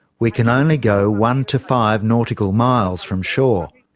we can only go one to five nautical miles from shore.